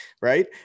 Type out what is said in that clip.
right